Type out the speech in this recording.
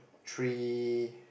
three